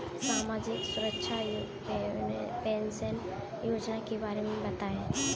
सामाजिक सुरक्षा पेंशन योजना के बारे में बताएँ?